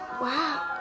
Wow